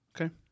Okay